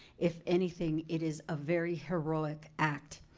if anything, it is a very heroic act.